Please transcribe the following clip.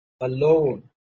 alone